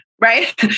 Right